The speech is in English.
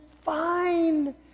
fine